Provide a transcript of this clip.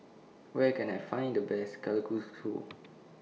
Where Can I Find The Best Kalguksu